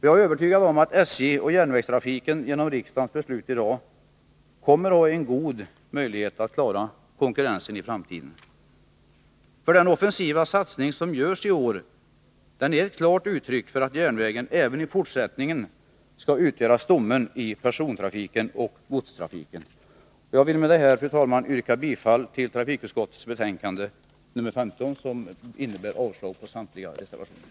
Jag är övertygad om att SJ och järnvägstrafiken genom riksdagens beslut i dag kommer att få en god möjlighet att klara konkurrensen i framtiden. Den offensiva satsning som görs i år är ett klart uttryck för att järnvägen även i fortsättningen skall utgöra stommen i persontrafiken och godstrafiken. Med detta, fru talman, yrkar jag bifall till trafikutskottets hemställan och avslag på samtliga reservationer.